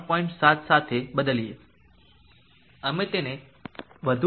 7 સાથે બદલીએ અમે તેને વધુ એક પ્રતીક સાથે બદલીશું 2